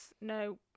No